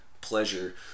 pleasure